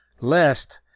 lest,